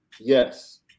Yes